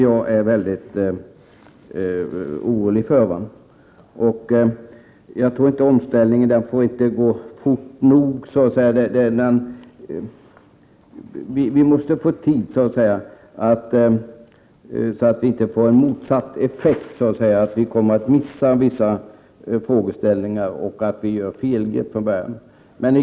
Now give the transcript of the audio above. Jag är orolig för detta. Omställningen verkar inte få gå fort nog. Det måste få finnas tid så att det inte blir en motsatt effekt. Vissa frågeställningar kan missas och felgrepp kan göras från början.